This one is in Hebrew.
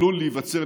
עלול להיווצר,